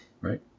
right